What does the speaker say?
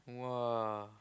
!wah!